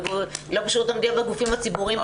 אם לא בשירות המדינה, בגופים הציבוריים בטוח.